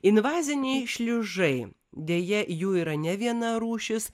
invaziniai šliužai deja jų yra ne viena rūšis